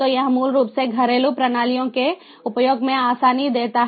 तो यह मूल रूप से घरेलू प्रणालियों के उपयोग में आसानी देता है